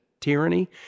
tyranny